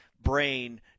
brain